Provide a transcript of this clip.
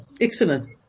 Excellent